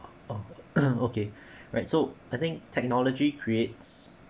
oh okay right so I think technology creates